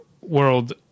world